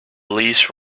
lease